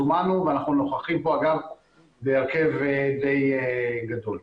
זומנו ואנחנו נוכחים פה, אגב, בהרכב די גדול.